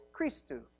Christu